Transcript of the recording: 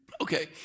Okay